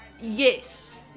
Yes